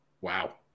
wow